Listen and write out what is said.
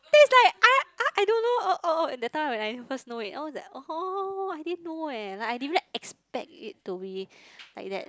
then is like ah ah I don't know oh oh and that time when I first know i was like orh I didn't know leh like I didn't even expect it to be like that